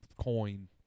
coin